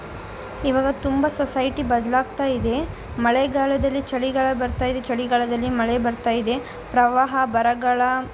ಇವಾಗ ತುಂಬ ಸೊಸೈಟಿ ಬದಲಾಗ್ತಾ ಇದೆ ಮಳೆಗಾಲದಲ್ಲಿ ಚಳಿಗಾಲ ಬರ್ತಾ ಇದೆ ಚಳಿಗಾಲದಲ್ಲಿ ಮಳೆ ಬರ್ತಾ ಇದೆ ಪ್ರವಾಹ ಬರಗಾಲ